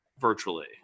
virtually